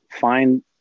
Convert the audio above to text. find